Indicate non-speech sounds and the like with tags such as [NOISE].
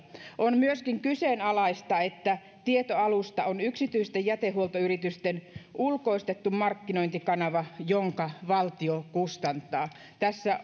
on myöskin kyseenalaista että tietoalusta on yksityisten jätehuoltoyritysten ulkoistettu markkinointikanava jonka valtio kustantaa tässä [UNINTELLIGIBLE]